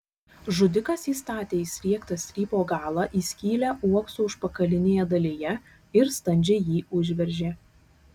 žudikas įstatė įsriegtą strypo galą į skylę uokso užpakalinėje dalyje ir standžiai jį užveržė